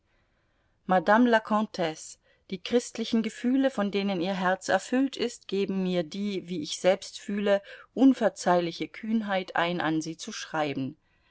madame la comtesse die christlichen gefühle von denen ihr herz erfüllt ist geben mir die wie ich selbst fühle unverzeihliche kühnheit ein an sie zu schreiben